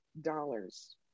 dollars